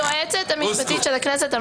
מפעיל לחצים על היועצת המשפטית לכנסת?